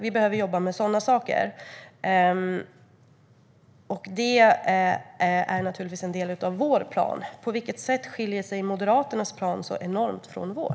Vi behöver jobba med sådana saker, och det är naturligtvis en del av vår plan. På vilket sätt skiljer sig Moderaternas plan så enormt från vår?